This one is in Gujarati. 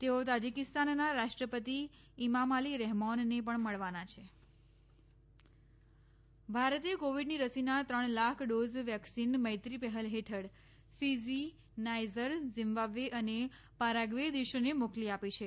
તેઓ તાજિકિસ્તાનના રાષ્ટ્રપતિ ઇમોમાલી રહેમોનને પણ મળવાના છે રસી મૈત્રી ભારતે કોવિડની રસીના ત્રણ લાખ ડોઝ વેક્સિન મૈત્રી પહેલ હેઠળ ફિજી નાઈજર ઝીમ્બાબ્વે અને પારાગ્વે દેશોને મોકલી આપી છે